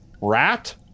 rat